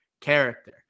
character